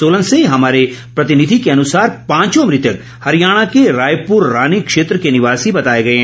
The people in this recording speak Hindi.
सोलन से हमारे प्रतिनिधि के अनुसार पांचों मृतक हरियाणा के रायपुर रानी क्षेत्र के ैनिवासी बताए गए हैं